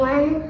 One